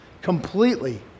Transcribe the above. completely